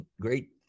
great